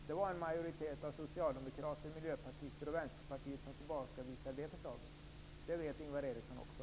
Det var en majoritet av socialdemokrater, miljöpartister och vänsterpartister som tillbakavisade förslaget. Det vet Ingvar Eriksson också.